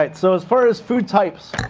right. so as far as food types,